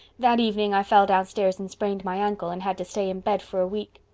that evening i fell downstairs and sprained my ankle and had to stay in bed for a week.